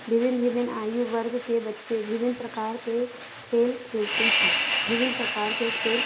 विभिन्न विभिन्न आयु वर्ग के बच्चे विभिन्न प्रकार के खेल खेलते हैं विभिन्न प्रकार के खेल